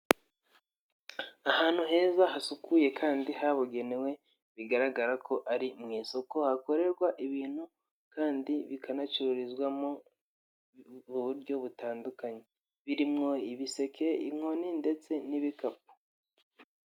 Ahantu heza hasukuye kandi habugenewe bigaragara ko ari mu isoko hakorerwa ibintu kandi bikanacururizwamo mu buryo butandukanye, birimwo ibiseke, inkoni ndetse n'ibikapu.